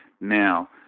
now